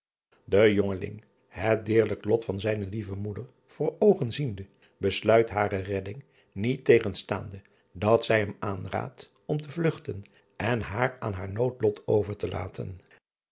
e jongeling het deerlijk lot van zijne lieve moeder voor oogen ziende besluit hare redding niettegenstaande dat zij hem aanraadt om te vlugten en haar aan haar noodlot over te laten